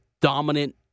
dominant